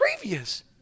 previous